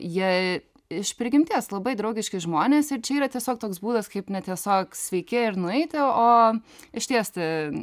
jie iš prigimties labai draugiški žmonės ir čia yra tiesiog toks būdas kaip ne tiesiog sveiki ir nueiti o ištiesti